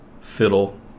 fiddle